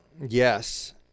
Yes